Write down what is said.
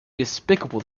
despicable